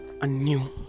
anew